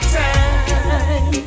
time